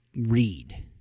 read